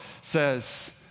says